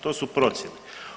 To su procjene.